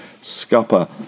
scupper